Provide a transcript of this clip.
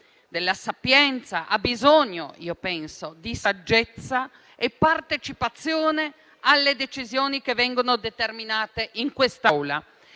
della sapienza, ha bisogno di saggezza e partecipazione alle decisioni che vengono determinate in quest'Aula?